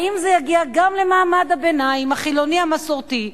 האם זה יגיע גם למעמד הביניים החילוני, המסורתי,